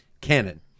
canon